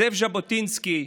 זאב ז'בוטינסקי,